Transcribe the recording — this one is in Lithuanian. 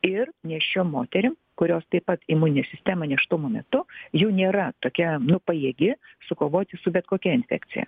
ir nėščiom moterim kurios taip pat imuninė sistema nėštumo metu jų nėra tokia nu pajėgi sukovoti su bet kokia infekcija